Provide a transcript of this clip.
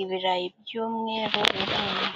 ibirayi by'umweru binini.